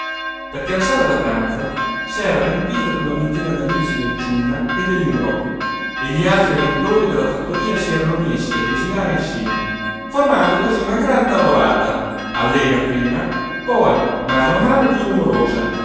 perché la sala da pranzo s'era riempita d'una ventina d'amici del ciunna e dell'imbrò e gli altri avventori della trattoria si erano messi a desinare insieme formando cosí una gran tavolata allegra prima poi a mano a mano piú rumorosa